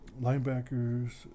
linebackers